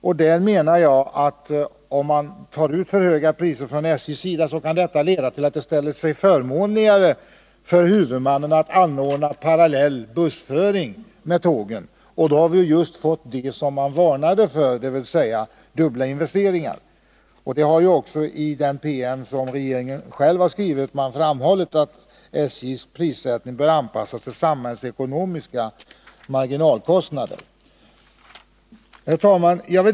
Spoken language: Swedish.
Om SJ tar ut för höga priser kan detta, menar jag, leda till att det ställer sig förmånligare för huvudmännen att anordna bussföring parallellt med tågen — och då har vi fått just det som det varnats för, dvs. dubbla investeringar. I den PM som regeringen själv har skrivit har också framhållits att SJ:s prissättning bör anpassas till samhällsekonomiska marginalkostnader.